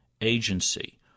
agency